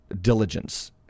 diligence